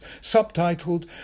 subtitled